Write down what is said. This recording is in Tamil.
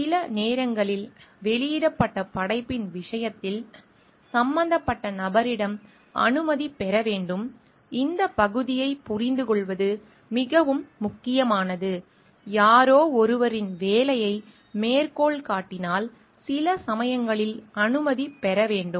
சில நேரங்களில் வெளியிடப்பட்ட படைப்பின் விஷயத்தில் சம்பந்தப்பட்ட நபரிடம் அனுமதி பெற வேண்டும் இந்த பகுதியை புரிந்துகொள்வது மிகவும் முக்கியமானது யாரோ ஒருவரின் வேலையை மேற்கோள் காட்டினால் சில சமயங்களில் அனுமதி பெற வேண்டும்